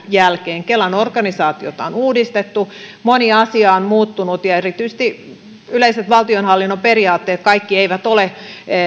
jälkeen kelan organisaatiota on uudistettu moni asia on muuttunut ja erityisesti kaikki yleiset valtionhallinnon periaatteet eivät